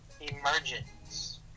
Emergence